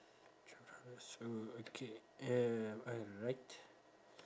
oh okay um alright